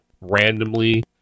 randomly